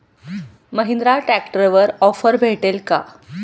महिंद्रा ट्रॅक्टरवर ऑफर भेटेल का?